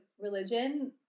religion